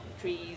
trees